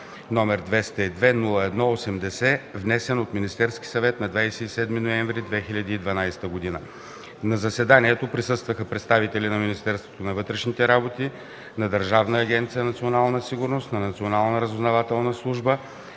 № 202-01-80, внесен от Министерския съвет на 27 ноември 2012 г. На заседанието присъстваха представители на Министерството на вътрешните работи, на Държавната агенция „Национална сигурност”, на